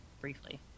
briefly